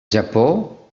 japó